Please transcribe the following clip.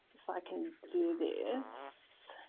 if i can do this.